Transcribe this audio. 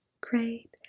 Great